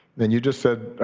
and you just said,